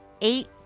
eight